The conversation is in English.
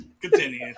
Continue